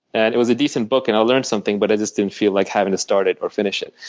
and it was a decent book and i learned something but i just didn't feel like having to start it or finish it.